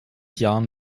jahren